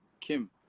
Kim